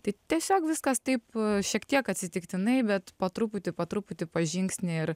tai tiesiog viskas taip šiek tiek atsitiktinai bet po truputį po truputį po žingsnį ir